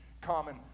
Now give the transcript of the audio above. common